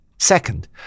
Second